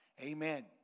Amen